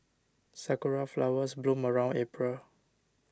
sakura flowers bloom around April